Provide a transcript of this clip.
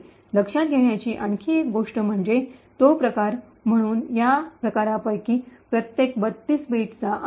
लक्षात घेण्याची आणखी एक गोष्ट म्हणजे तो प्रकार म्हणून या प्रकारांपैकी प्रत्येक 32 बिटचा आहे